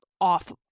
off